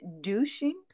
douching